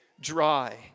dry